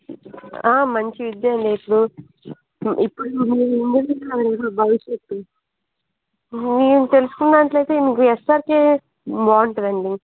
ఆ మంచిదే మీకు ఇప్పుడు వెళ్ళాలంటే బయటకి నేను తెలుసుకున్న దాంట్లో అయితే మీకు ఎస్ఆర్కే బాగుంటుందండి